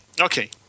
Okay